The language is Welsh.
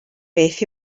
beth